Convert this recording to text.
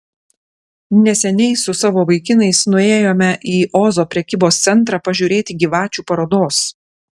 neseniai su savo vaikinais nuėjome į ozo prekybos centrą pažiūrėti gyvačių parodos